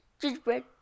Gingerbread